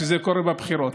וזה קורה בבחירות,